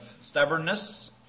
stubbornness